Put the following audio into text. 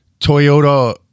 Toyota